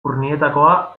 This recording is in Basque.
urnietakoa